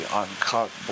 uncut